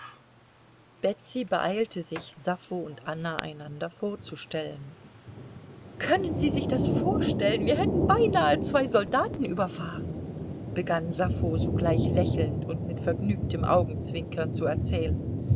betsy beeilte sich sappho und anna einander vorzustellen können sie sich das vorstellen wir hätten beinahe zwei soldaten überfahren begann sappho sogleich lächelnd und mit vergnügtem augenzwinkern zu erzählen